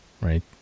right